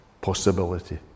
possibility